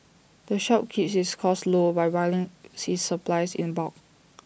the shop keeps its costs low by buying its supplies in bulk